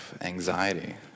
anxiety